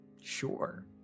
sure